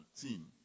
team